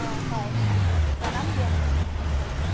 অঁ হয় আছে জনাম দিয়ক